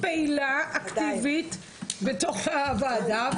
פעילה ואקטיבית בתוך הוועדה,